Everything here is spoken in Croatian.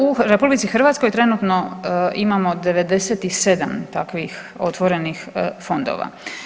U RH trenutno imamo 97 takvih otvorenih fondova.